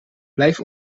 blijf